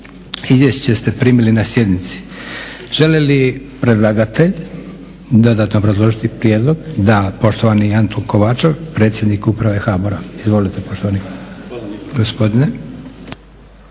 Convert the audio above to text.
Izvješće ste primili na sjednici. Želi li predlagatelj dodatno obrazložiti prijedlog? Da. Poštovani Anton Kovačev, predsjednik uprave HBOR-a. Izvolite, poštovani gospodine.